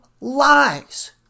lies